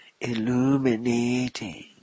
illuminating